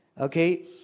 Okay